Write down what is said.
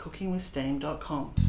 cookingwithsteam.com